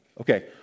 Okay